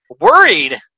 worried